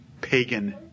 pagan